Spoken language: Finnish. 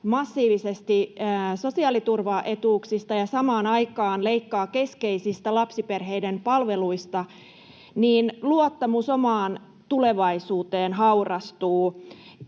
massiivisesti sosiaaliturvaetuuksista ja samaan aikaan leikkaa keskeisistä lapsiperheiden palveluista, niin luottamus omaan tulevaisuuteen haurastuu.